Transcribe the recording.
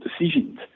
decisions